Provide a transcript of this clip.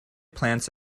plants